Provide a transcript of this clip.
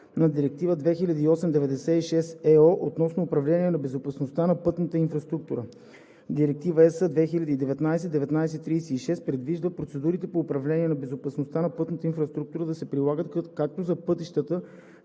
на Директива 2008/96/ЕО относно управлението на безопасността на пътните инфраструктури. Директива (ЕС) 2019/1936 предвижда процедурите по управление на безопасността на пътната инфраструктура да се прилагат както за пътищата